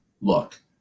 Look